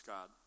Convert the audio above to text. God